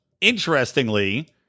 interestingly